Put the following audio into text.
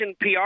PR